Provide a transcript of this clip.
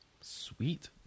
Sweet